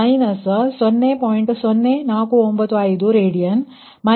0495 radian 2